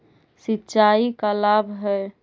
सिंचाई का लाभ है?